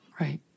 Right